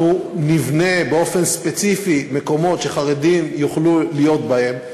אנחנו נבנה באופן ספציפי מקומות שחרדים יוכלו להיות בהם.